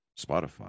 Spotify